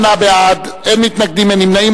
28 בעד, אין מתנגדים, אין נמנעים.